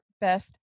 best